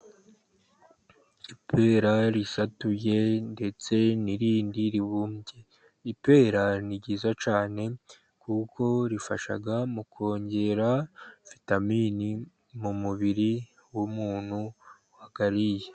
Ipera risatuye ndetse n'irindi ribumbye, ipera ni ryiza cyane ,kuko rifasha mu kongera vitamini mu mubiri w'umuntu wayariye.